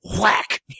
Whack